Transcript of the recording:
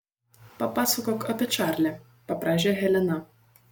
papasakok apie čarlį paprašė helena